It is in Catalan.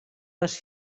les